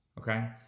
okay